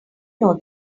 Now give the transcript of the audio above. know